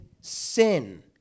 sin